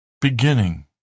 beginning